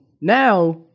now